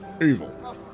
evil